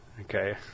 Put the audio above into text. Okay